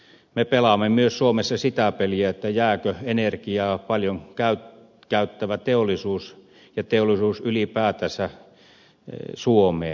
me pelaamme myös suomessa sitä peliä jääkö energiaa paljon käyttävä teollisuus ja teollisuus ylipäätänsä suomeen